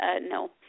no